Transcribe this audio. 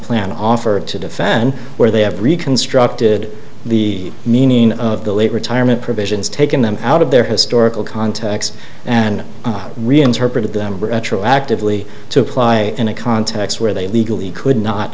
plan offered to defend where they have reconstructed the meaning of the late retirement provisions taking them out of their historical context and reinterpreted them retroactively to apply in a context where they legally could not